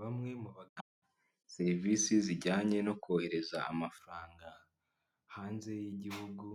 Bamwe mu batanga serivisi zijyanye no kohereza amafaranga hanze y'igihugu